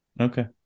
Okay